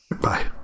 bye